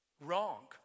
wrong